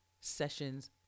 sessions